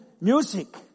music